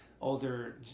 older